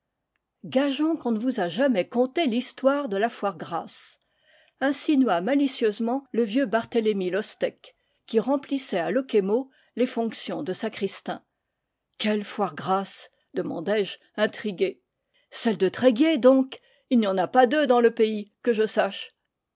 qu'on ne vous a jamais conté l'histoire de la foire grasse insinua malicieusement le vieux barthélemy lostec qui remplissait à locquémau les fonctions de sacris tain quelle foire grasse demandai-je intrigué celle de tréguier donc il n'y en a pas deux dans le pays que je sache